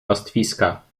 pastwiska